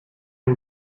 hoe